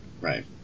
Right